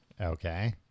Okay